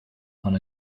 chun